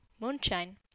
Moonshine